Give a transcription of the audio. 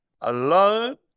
alone